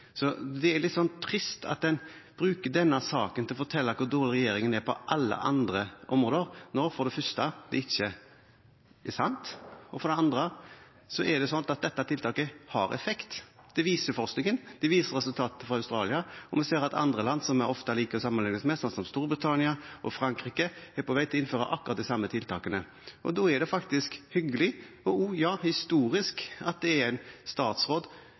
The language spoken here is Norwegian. Så det er litt trist at en bruker denne saken til å fortelle hvor dårlig regjeringen er på alle andre områder, når det for det første ikke er sant, og for det andre er slik at dette tiltaket har effekt. Det viser forskningen, det viser resultatene fra Australia, og vi ser at andre land som vi ofte liker å sammenligne oss med, slik som Storbritannia og Frankrike, er på vei til å innføre akkurat de samme tiltakene. Da er det faktisk hyggelig – og også historisk – at det er en statsråd